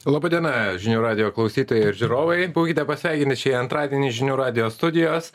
laba diena žinių radijo klausytojai ir žiūrovai būkite pasveikinti šį antradienį žinių radijo studijos